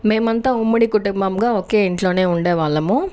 మేమంతా ఉమ్మడి కుటుంబంగా ఒకే ఇంట్లోనే ఉండేవాళ్ళము